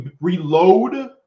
reload